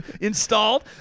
installed